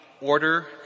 order